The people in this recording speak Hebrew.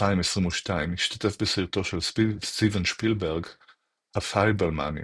2022 השתתף בסרטו של סטיבן ספילברג "הפייבלמנים",